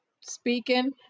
speaking